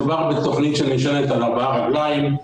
מדובר בתוכנית שנשענת על ארבע רגליים.